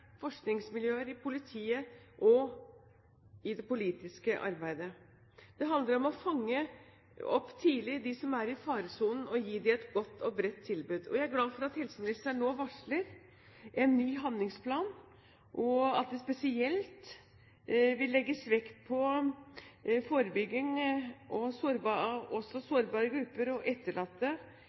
forskningsmiljøer, i politiet og i det politiske arbeidet. Det handler om å fange opp tidlig dem som er i faresonen, og å gi dem et godt og bredt tilbud. Jeg er glad for at helseministeren nå varsler en ny handlingsplan, at det spesielt vil legges vekt på forebygging, sårbare grupper og etterlatte, og at man også